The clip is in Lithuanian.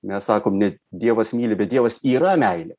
mes sakom ne dievas myli bet dievas yra meilė